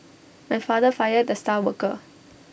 my father fired the star worker